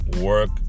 work